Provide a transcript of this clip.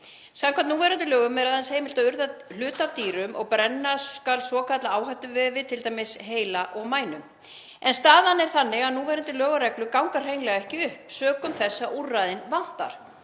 Samkvæmt núverandi lögum er aðeins heimilt að urða hluta af dýrum og brenna skal svokallaða áhættuvefi, t.d. heila og mænu. En staðan er þannig að núverandi lög og reglur ganga hreinlega ekki upp sökum þess að úrræðin vantar.